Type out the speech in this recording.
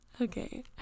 okay